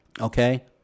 Okay